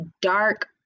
dark